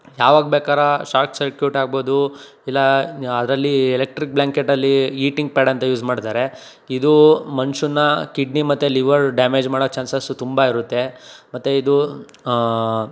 ಯಾವಾಗ ಬೇಕಾರು shock circuit ಆಗ್ಬೋದು ಇಲ್ಲ ಅದರಲ್ಲಿ ಎಲೆಕ್ಟ್ರಿಕ್ ಬ್ಲ್ಯಾಂಕೆಟಲ್ಲಿ ಹೀಟಿಂಗ್ ಪ್ಯಾಡ್ ಅಂತ ಯೂಸ್ ಮಾಡ್ತಾರೆ ಇದು ಮನುಷ್ಯನ ಕಿಡ್ನಿ ಮತ್ತು ಲಿವರ್ ಡ್ಯಾಮೇಜ್ ಮಾಡೋ ಚಾನ್ಸಸ್ ತುಂಬ ಇರುತ್ತೆ ಮತ್ತು ಇದು